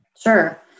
Sure